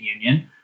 Union